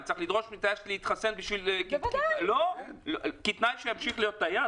אני צריך לדרוש שטייס שלי יתחסן כתנאי שימשיך להיות טייס?